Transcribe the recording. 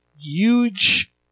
huge